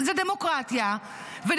אני נבחר דרך הדמוקרטיה פעם אחר פעם,